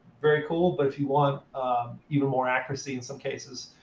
very cool. but if you want even more accuracy in some cases,